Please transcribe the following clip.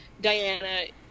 Diana